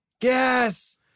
Yes